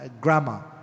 grammar